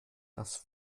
das